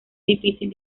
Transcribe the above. difícil